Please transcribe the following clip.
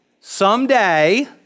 someday